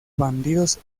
bandidos